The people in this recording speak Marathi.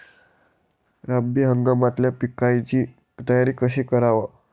रब्बी हंगामातल्या पिकाइची तयारी कशी कराव?